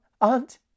aunt